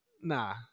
Nah